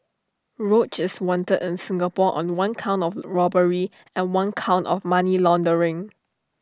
roach is wanted in Singapore on one count of robbery and one count of money laundering